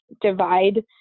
divide